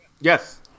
Yes